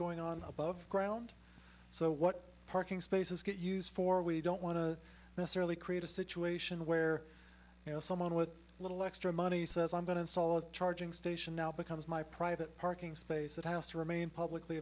going on above ground so what parking spaces get used for we don't want to necessarily create a situation where you know someone with a little extra money says i'm going to solve charging station now becomes my private parking space it has to remain publicly